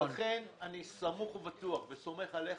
ולכן אני סמוך ובטוח וסומך עליך,